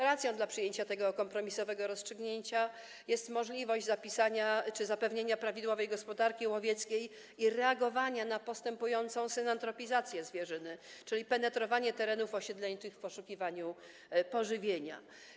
Racją dla przyjęcia tego kompromisowego rozstrzygnięcia jest możliwość zapewnienia prawidłowej gospodarki łowieckiej i reagowania na postępującą synantropizację zwierzyny, czyli penetrowanie terenów osiedleńczych w poszukiwaniu pożywienia.